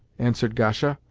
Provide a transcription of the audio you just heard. answered gasha,